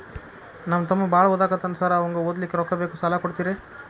ನಮ್ಮ ತಮ್ಮ ಬಾಳ ಓದಾಕತ್ತನ ಸಾರ್ ಅವಂಗ ಓದ್ಲಿಕ್ಕೆ ರೊಕ್ಕ ಬೇಕು ಸಾಲ ಕೊಡ್ತೇರಿ?